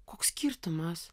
koks skirtumas